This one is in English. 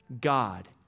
God